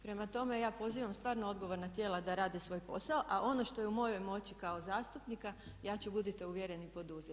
Prema tome ja pozivam stvarno odgovorna tijela da rade svoj posao a ono što je u mojoj moći kao zastupnika ja ću budite uvjereni poduzeti.